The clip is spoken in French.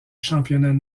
championnats